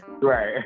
Right